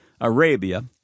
Arabia